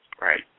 Right